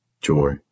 joy